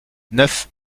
neuf